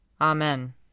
Amen